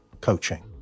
coaching